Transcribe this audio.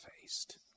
faced